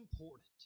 important